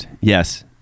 Yes